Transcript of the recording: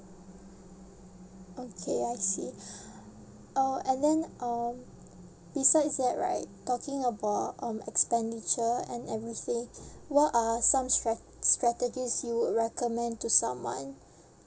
okay I see uh and then uh besides that right talking about um expenditure and everything what are some strat~ strategies you would recommend to someone